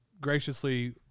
graciously